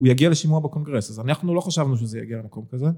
הוא יגיע לשימוע בקונגרס אז אנחנו לא חשבנו שזה יגיע למקום כזה